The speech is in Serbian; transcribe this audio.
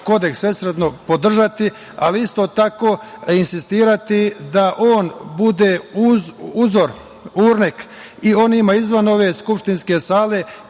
kodeks svesrdno podržati, ali isto tako insistirati da on bude uzor, urnek, i onima izvan ove skupštinske sale